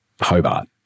Hobart